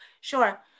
Sure